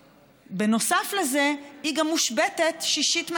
ונוסף לזה היא גם מושבתת שישית מהשנה.